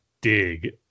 Dig